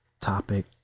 topic